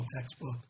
textbook